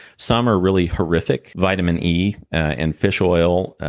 some are really horrific. vitamin e and fish oil,